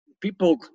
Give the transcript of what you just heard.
People